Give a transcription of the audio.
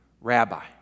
Rabbi